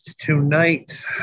tonight